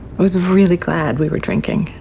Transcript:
was really glad we were drinking.